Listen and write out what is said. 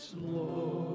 Lord